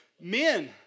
Men